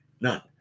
none